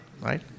Right